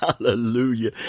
hallelujah